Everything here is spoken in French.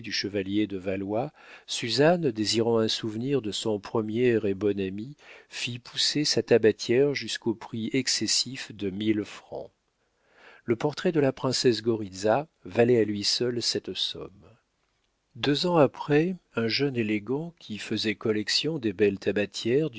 chevalier de valois suzanne désirant un souvenir de son premier et bon ami fit pousser sa tabatière jusqu'au prix excessif de mille francs le portrait de la princesse goritza valait à lui seul cette somme deux ans après un jeune élégant qui faisait collection des belles tabatières